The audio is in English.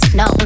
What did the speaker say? no